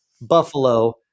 Buffalo